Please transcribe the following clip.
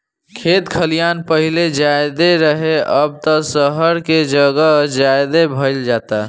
खेत खलिहान पाहिले ज्यादे रहे, अब त सहर के जगह ज्यादे भईल जाता